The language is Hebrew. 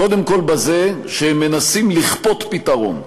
וקודם כול בזה שהם מנסים לכפות פתרון.